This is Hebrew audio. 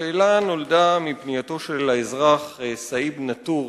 השאלה נולדה מפנייתו של האזרח סאיב נטור,